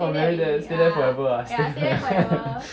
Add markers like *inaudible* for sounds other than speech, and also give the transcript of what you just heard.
oh marry there stay there forever ah *laughs*